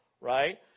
right